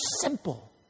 simple